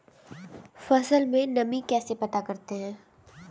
फसल में नमी कैसे पता करते हैं?